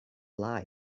lie